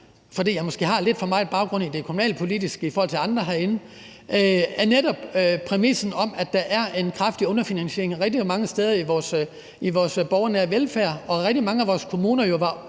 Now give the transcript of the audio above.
fordi jeg måske har lidt for meget baggrund i det kommunalpolitiske i forhold til andre herinde, netop præmissen om, at der er en kraftig underfinansiering rigtig mange steder i vores borgernære velfærd, og at rigtig mange af vores kommuner jo var